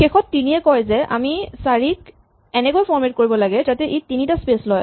শেষত ৩ য়ে কয় যে আমি ৪ ক এনেকৈ ফৰমেট কৰিব লাগিব যাতে ই তিলিটা স্পেচ লয়